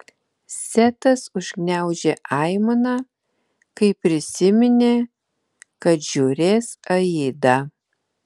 setas užgniaužė aimaną kai prisiminė kad žiūrės aidą